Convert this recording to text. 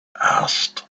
asked